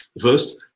first